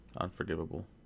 Unforgivable